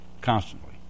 constantly